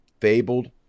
Fabled